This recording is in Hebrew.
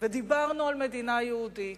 ודיברנו על מדינה יהודית,